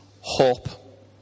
hope